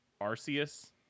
Arceus